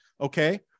Okay